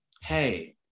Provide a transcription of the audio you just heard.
hey